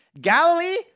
Galilee